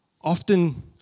often